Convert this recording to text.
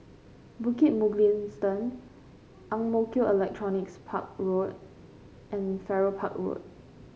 Bukit Mugliston Ang Mo Kio Electronics Park Road and Farrer Park Road